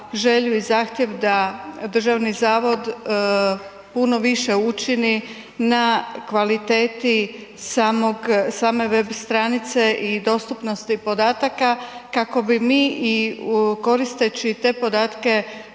želju i zahtjev da državni zavod puno više učini na kvaliteti samog, same web stranice i dostupnosti podataka kako bi mi i koristeći te podatke